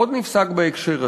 עוד נפסק בהקשר הזה: